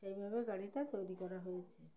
সেইভাবে গাড়ি টা তৈরি করা হয়েছে